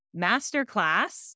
masterclass